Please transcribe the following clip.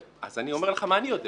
אז אני אומר לך מה אני יודע.